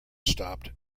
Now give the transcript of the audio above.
stopped